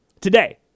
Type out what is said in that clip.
today